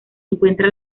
encuentra